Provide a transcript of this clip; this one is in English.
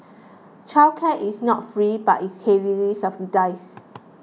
childcare is not free but is heavily subsidise